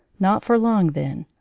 not for long, then,